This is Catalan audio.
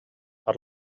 per